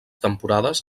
temporades